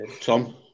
Tom